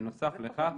בנוסף לכך,